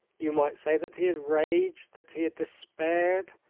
you might say that he had raged, that he had despaired,